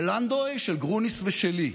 "של לנדוי, של גרוניס ושלי,